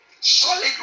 Solid